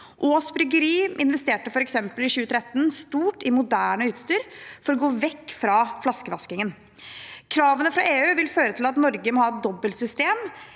eksempel investerte Aass bryggeri i 2013 stort i moderne utstyr for å gå vekk fra flaskevaskingen. Kravene fra EU vil føre til at Norge må ha et dobbeltsystem: